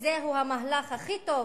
שזה המהלך הכי טוב